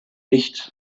nicht